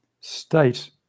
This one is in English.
state